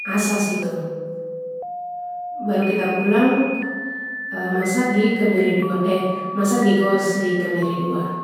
asa situ. Baru kita pulang masak di kemiri dua masak di kos di kemiri dua.